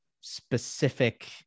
specific